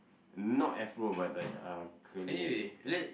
not Afro but like uh curly I guess ya